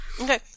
Okay